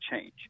change